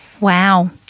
Wow